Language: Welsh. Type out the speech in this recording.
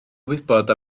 wybod